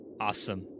awesome